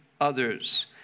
others